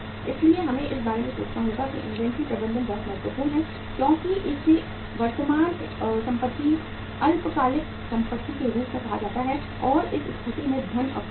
इसलिए हमें इस बारे में सोचना होगा कि इन्वेंट्री प्रबंधन बहुत महत्वपूर्ण है क्योंकि इसे वर्तमान संपत्ति अल्पकालिक संपत्ति के रूप में कहा जाता है और इस संपत्ति में धन अवरुद्ध है